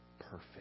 perfect